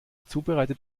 zubereitet